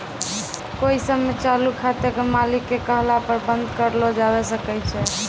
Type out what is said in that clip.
कोइ समय चालू खाते के मालिक के कहला पर बन्द कर लो जावै सकै छै